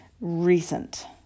recent